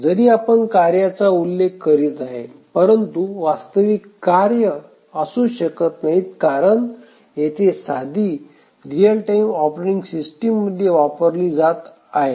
जरी आपण कार्यांचा उल्लेख करीत आहोत परंतु ही वास्तविक कार्ये असू शकत नाहीत कारण येथे साधी रिअल टाइम ऑपरेटिंग सिस्टममध्ये वापरली जाते